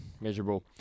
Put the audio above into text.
miserable